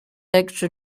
extra